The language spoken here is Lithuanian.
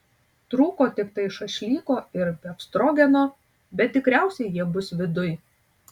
trūko tiktai šašlyko ir befstrogeno bet tikriausiai jie bus viduj